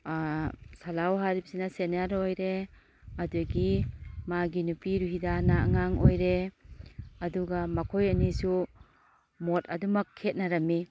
ꯁꯜꯂꯥꯎ ꯍꯥꯏꯔꯤꯕꯁꯤꯅ ꯁꯦꯅꯤꯌꯔ ꯑꯣꯏꯔꯦ ꯑꯗꯒꯤ ꯃꯥꯒꯤ ꯅꯨꯄꯤ ꯔꯨꯍꯤꯗꯥꯅ ꯑꯉꯥꯡ ꯑꯣꯏꯔꯦ ꯑꯗꯨꯒ ꯃꯈꯣꯏ ꯑꯅꯤꯁꯨ ꯃꯣꯠ ꯑꯗꯨꯝꯃꯛ ꯈꯦꯠꯅꯔꯝꯏ